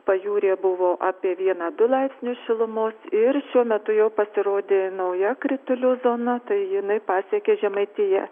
pajūryje buvo apie vieną du laipsnius šilumos ir šiuo metu jau pasirodė nauja kritulių zona tai jinai pasiekė žemaitiją